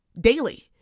Daily